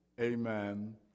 Amen